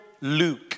Luke